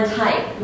type